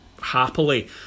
happily